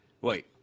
Wait